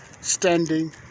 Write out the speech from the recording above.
Standing